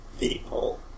People